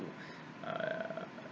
uh